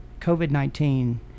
COVID-19